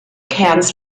kerns